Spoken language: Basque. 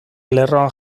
lerroan